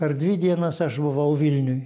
per dvi dienas aš buvau vilniuj